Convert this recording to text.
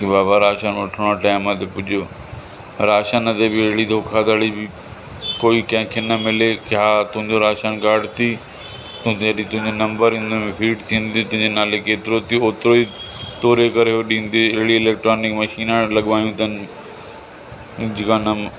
कि बाबा राशन वठिणो आहे टाइम ते पुॼो राशन ते बि अहिड़ी धोखाधड़ी बि कोई कंहिंखे न मिले कि हा तुंहिंजो राशन कार्ड थी जॾहिं तुंहिंजो नंबर हिन में फिड थी वेंदो तुंहिंजे नाले केतिरो थी होतिरो ई तोरे करे ॾींदे अहिड़ी इलैक्ट्रॉनिक मशीना लॻवायूं अथनि दुकान